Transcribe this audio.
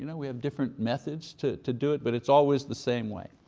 you know we have different methods to to do it, but it's always the same way.